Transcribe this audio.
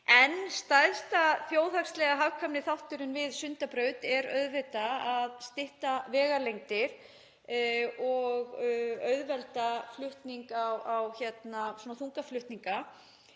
En stærsti og þjóðhagslega hagkvæmasti þátturinn við Sundabraut er auðvitað að stytta vegalengdir og auðvelda þungaflutninga